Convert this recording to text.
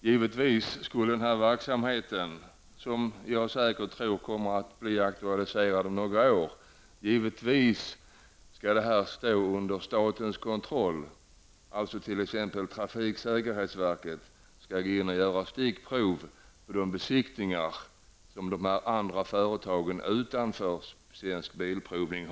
Givetvis skulle den verksamheten, som jag tror kan bli aktuell om några år, stå under statens kontroll. Trafiksäkerhetsverket t.ex. skulle göra stickprov på de besiktningar som dessa andra företag utför utanför Svensk Bilprovning.